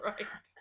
Right